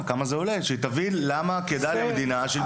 כדי שהיא תבין למה כדאי למדינה שילמדו בחו"ל.